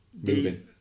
moving